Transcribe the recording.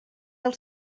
del